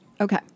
Okay